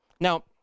Now